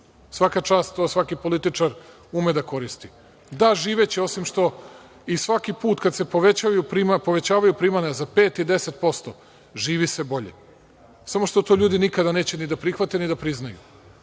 Svaka čast, to svaki političar ume da koristi. Da živeće, osim što svaki put kada se povećavaju primanja za 5% i 10%, živi se bolje. Samo što to ljudi nikada neće ni da prihvate ni da priznaju